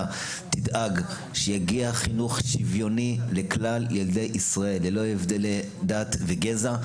תדאג שיגיע חינוך שוויוני לכלל ילדי ישראל ללא הבדל דת וגזע.